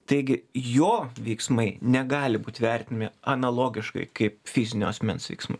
taigi jo veiksmai negali būt vertinami analogiškai kaip fizinio asmens veiksmai